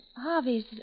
Harvey's